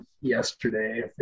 yesterday